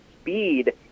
speed